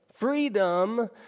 Freedom